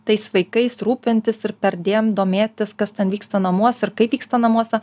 tais vaikais rūpintis ir perdėm domėtis kas ten vyksta namuose ir kaip vyksta namuose